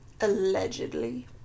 Allegedly